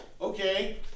Okay